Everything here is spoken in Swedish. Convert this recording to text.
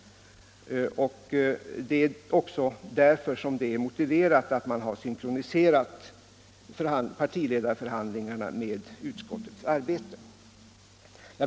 Därför är det också motiverat att man har synkroniserat partiledarförhandlingarna med utskottets arbete.